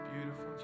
beautiful